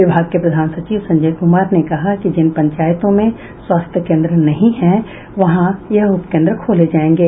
विभाग के प्रधान सचिव संजय कुमार ने कहा कि जिन पंचायतों में स्वास्थ्य केंद्र नहीं हैं वहां यह उपकेंद्र खोले जायेंगे